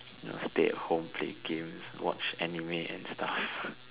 you know stay at home play games watch anime and stuff